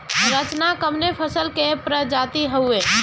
रचना कवने फसल के प्रजाति हयुए?